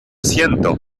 siento